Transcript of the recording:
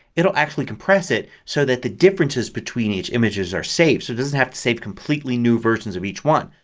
it'll actually compress it so that the differences between each images are saved. so it doesn't have to save completely new versions of each one.